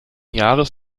jahres